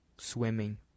swimming